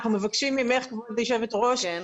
אנחנו מבקשים ממך כבוד יושבת ראש הוועדה,